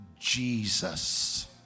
Jesus